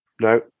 No